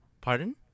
Pardon